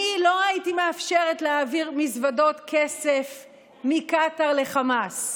אני לא הייתי מאפשרת להעביר מזוודות כסף מקטאר לחמאס.